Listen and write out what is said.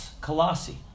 Colossi